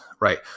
right